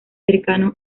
cercano